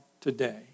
today